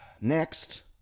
Next